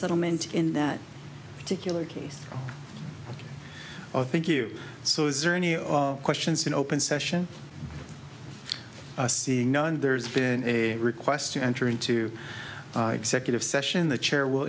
settlement in that particular case of thank you so is there any questions in open session seeing none there's been a request to enter into executive session the chair will